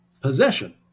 Possession